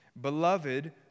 Beloved